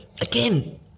Again